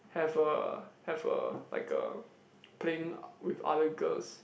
have a have a like a playing other girls